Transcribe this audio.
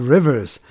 Rivers